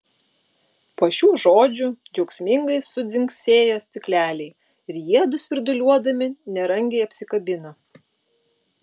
po šių žodžių džiaugsmingai sudzingsėjo stikleliai ir jiedu svirduliuodami nerangiai apsikabino